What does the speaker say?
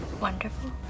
Wonderful